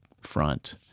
front